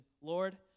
Lord